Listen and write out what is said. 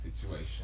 situation